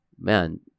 man